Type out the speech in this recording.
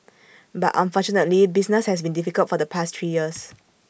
but unfortunately business has been difficult for the past three years